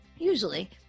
Usually